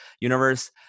universe